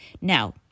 Now